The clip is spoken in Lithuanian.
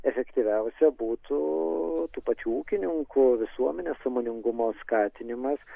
efektyviausia būtų tų pačių ūkininkų visuomenės sąmoningumo skatinimas